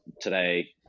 today